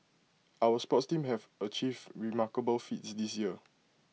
our sports teams have achieved remarkable feats this year